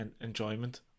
enjoyment